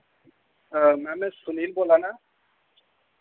ma'am में सुनील बोल्ला नां